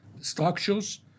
structures